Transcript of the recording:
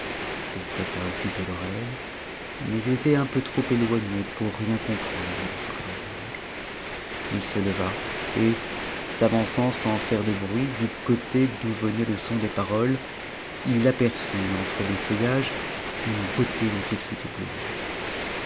il prêta aussitôt l'oreille mais il était un peu trop éloigné pour rien comprendre de ce que l'ou disait m se leva et s'avançant sans faire de bruit du côté d'où venait te son des paroles il aperçut entre des feuillages une beauté dont il fut ébloui